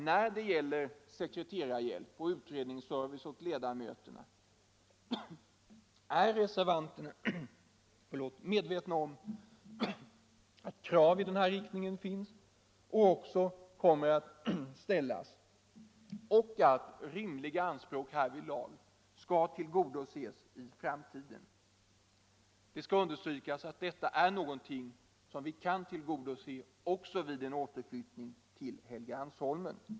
När det gäller sekreterarhjälp och utredningsservice åt ledamöterna är reservanterna medvetna om att krav i denna riktning finns och även kommer att ställas samt att rimliga anspråk härvidlag givetvis skall tillgodoses i framtiden. Det skall understrykas att dessa krav är någonting som vi kan tillgodose också vid en återflyttning till Helgeandsholmen.